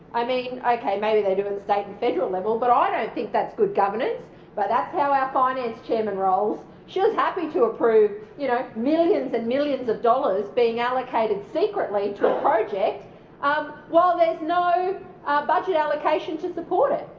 i mean, okay, maybe they do it at the state and federal level but i don't think that's good governance but that's how our finance chairman rolls. she was happy to approve, you know, millions and millions of dollars being allocated secretly to a project while there's no budget allocations to support it.